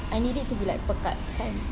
I need it to be like pekat kan